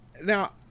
Now